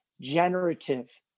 generative